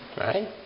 right